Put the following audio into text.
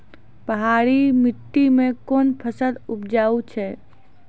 पहाड़ी मिट्टी मैं कौन फसल उपजाऊ छ?